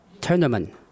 tournament